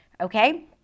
okay